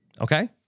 Okay